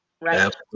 right